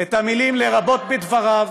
את המילים: "לרבות בדבריו",